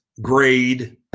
grade